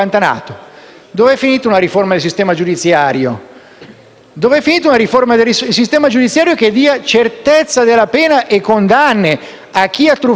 Dov'è finita la riforma del sistema giudiziario, così da avere certezza della pena e condanne per chi ha truffato i cittadini con le banche, Presidente?